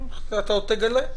אתה עוד תגלה.